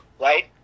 Right